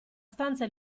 stanza